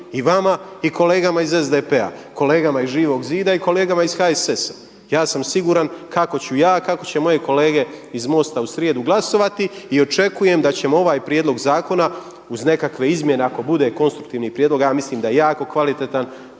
I vama i kolegama iz SDP-a, kolegama iz Živog zida i kolegama iz HSS-a. Ja sam siguran kako ću ja, kako će moje kolege iz MOST-a u srijedu glasovati i očekujem da ćemo ovaj prijedlog zakona uz nekakve izmjene ako bude konstruktivni prijedlog a ja mislim da je jako kvalitetan.